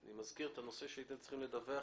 ואני מזכיר את הנושא שהייתם צריכים לדווח